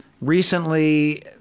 recently